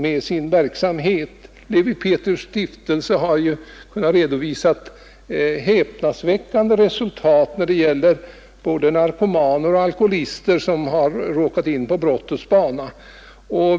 Lewi Pethrus' stiftelse har kunnat redovisa häpnadsväckande resultat när det gäller både narkomaner och alkoholister som har råkat in på brottets bana.